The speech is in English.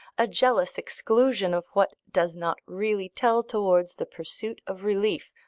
a jealous exclusion of what does not really tell towards the pursuit of relief,